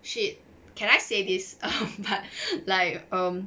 shit can I say this um but like um